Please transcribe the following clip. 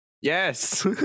Yes